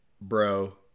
bro